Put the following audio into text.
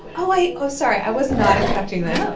oh, i oh, sorry. i was not expecting this.